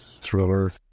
thriller